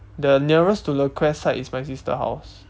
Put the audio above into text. the nearest to le quest side is my sister's house